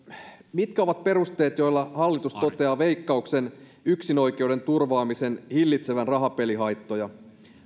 mitkä ovat perusteet joilla hallitus toteaa veikkauksen yksinoikeuden turvaamisen hillitsevän rahapelihaittoja